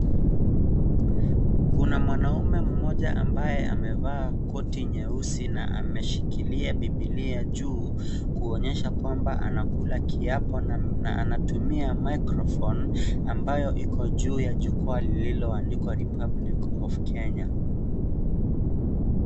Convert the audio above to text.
Kuna mwanaume mmoja ambaye amevaa koti nyeusi na ameshikilia bibilia juu kuonyesha kwamba anakula kiapo na anatumia microphone ambayo iko juu ya jukwaa lililoandikwa REPUBLIC OF KENYA .